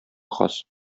хас